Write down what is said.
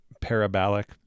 parabolic